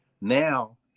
Now